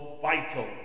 vital